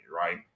right